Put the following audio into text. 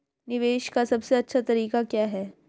निवेश का सबसे अच्छा तरीका क्या है?